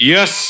Yes